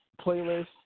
Playlist